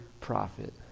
prophet